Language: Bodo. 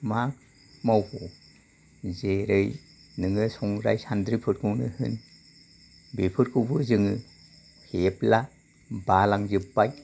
मा मावबावो जेरै नोङो संग्राय सानद्रिफोरखौनो होन बेफोरखौबो जोङो हेबला बालांजोबबाय